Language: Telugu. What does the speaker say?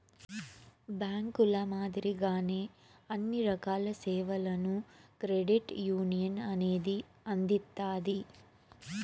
బ్యాంకుల మాదిరిగానే అన్ని రకాల సేవలను క్రెడిట్ యునియన్ అనేది అందిత్తాది